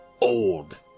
old